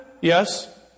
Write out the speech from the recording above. Yes